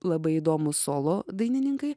labai įdomūs solo dainininkai